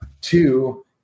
Two